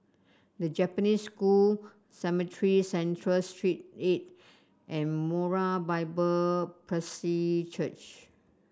The Japanese School Cemetry Central Street Eight and Moriah Bible Presby Church